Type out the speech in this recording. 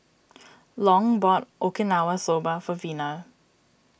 Long bought Okinawa Soba for Vina